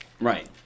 right